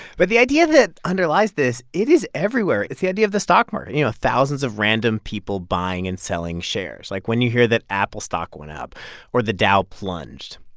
but the idea that underlies this it is everywhere. it's the idea of the stock market you know, thousands of random people buying and selling shares. like, when you hear that apple stock went up or the dow plunged,